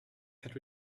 had